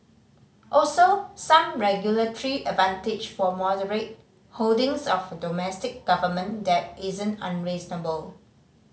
also some regulatory advantage for moderate holdings of domestic government debt isn't unreasonable